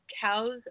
cows